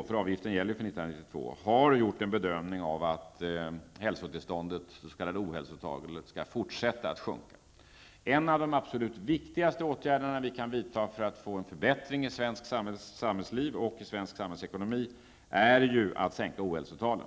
eftersom avgiften gäller för 1992, gjort bedömningen att det s.k. ohälsotalet skall fortsätta att sjunka. En av de absolut viktigtigaste åtgärder som vi kan vidta för att få en förbättring i svenskt samhällsliv och svensk samhällsekonomi är att sänka ohälsotalet.